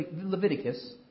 Leviticus